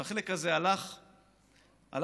והחלק הזה הלך והצטמצם.